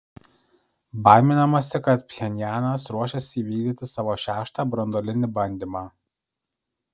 baiminamasi kad pchenjanas ruošiasi įvykdyti savo šeštą branduolinį bandymą